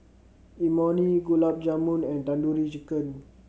Imoni Gulab Jamun and Tandoori Chicken